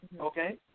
okay